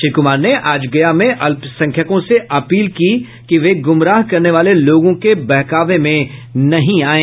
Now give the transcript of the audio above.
श्री कुमार ने आज गया में अल्पसंख्यकों से अपील की कि वे गुमराह करने वाले लोगों के बहकावे में नहीं आयें